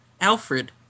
Alfred